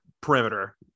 perimeter